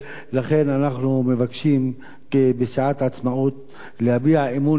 אנחנו מבקשים בסיעת העצמאות להביע אמון בממשלה,